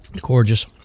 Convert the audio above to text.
Gorgeous